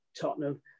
Tottenham